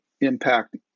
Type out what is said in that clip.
impact